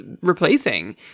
replacing